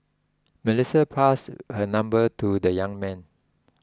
Melissa passed her number to the young man